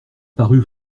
parut